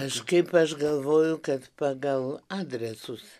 kažkaip aš galvoju kad pagal adresus